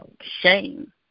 shame